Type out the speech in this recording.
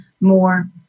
more